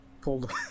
pulled